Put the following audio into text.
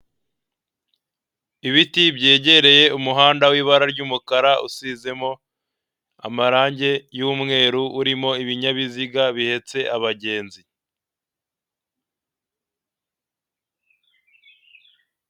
Aha ngaha turabona abantu babiri babagororwa cyangwa se bataraba bo, baba baje kuburanishwa kugira ngo bamenye niba ibyo baregwa ari byo, iyo bamaze gusanga aribyo barabahana bakabaha igihano gikwiranye n'ibyo bakoze.